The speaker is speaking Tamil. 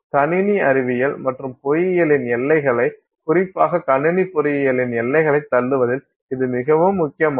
கணினி அறிவியல் மற்றும் பொறியியலின் எல்லைகளை குறிப்பாக கணினி பொறியியலின் எல்லைகளைத் தள்ளுவதில் இது மிகவும் முக்கியமானது